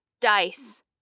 dice